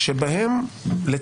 וכל ניסיון למנוע אותה או לפסול אותה,